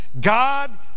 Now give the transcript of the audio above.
God